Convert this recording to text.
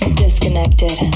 disconnected